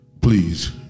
please